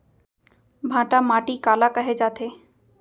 भांटा माटी काला कहे जाथे?